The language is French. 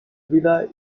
villa